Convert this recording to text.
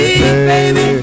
baby